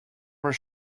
were